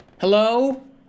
Hello